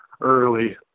early